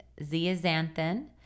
zeaxanthin